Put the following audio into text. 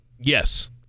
Yes